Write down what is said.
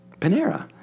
Panera